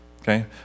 okay